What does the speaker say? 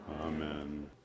Amen